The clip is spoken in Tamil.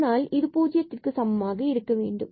எனவே இது 0க்கு சமமாக இருக்க வேண்டும்